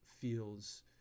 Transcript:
feels